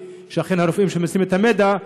שאכן הרופאים שמוסרים את המידע,